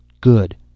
Good